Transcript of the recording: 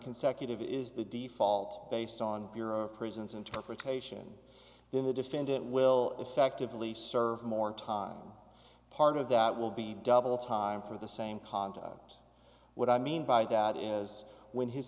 consecutive is the default based on bureau of prisons interpretation then the defendant will effectively serve more time part of that will be double time for the same conduct what i mean by that as when his